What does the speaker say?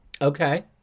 Okay